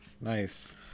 Nice